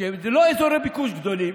שהם לא באזורי ביקוש גדולים.